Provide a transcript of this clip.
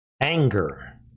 anger